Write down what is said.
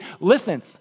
listen